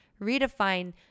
Redefine